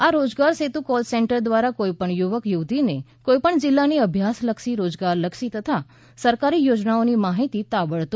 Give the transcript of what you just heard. આ Rojgar Setu call centre દ્વારા કોઈપણ યુવક યુવતીને કોઇપણ જિલ્લાની અભ્યાસલક્ષી રોજગારલક્ષી તથા સરકારી યોજનાઓની માહિતી તાબડતોબ મળી શકશે